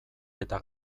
eta